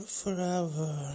forever